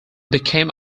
became